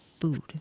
food